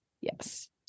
Yes